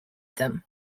them